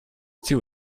too